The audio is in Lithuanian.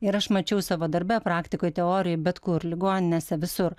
ir aš mačiau savo darbe praktikoj teorijoj bet kur ligoninėse visur